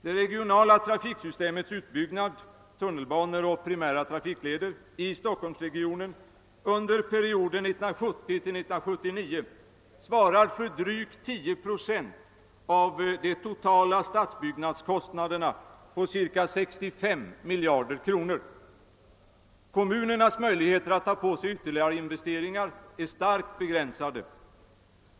Det regionala trafiksystemets utbyggnad, tunnelbanor och primära trafikleder i Stockholmsregionen under perioden 1970—1979, svarar för drygt 10 procent av de totala stadsbyggnadskostnaderna på cirka 65 miljarder kronor. Kommunernas möjligheter att ta på sig ytterligare investeringar är starkt begränsade.